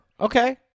Okay